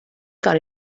got